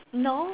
no